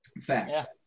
Facts